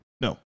No